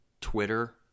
Twitter